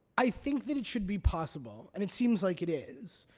i think that it should be possible, and it seems like it is,